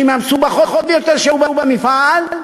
שהיא מהמסובכות ביותר שיש במפעל,